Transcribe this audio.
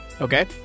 Okay